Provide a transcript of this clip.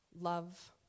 love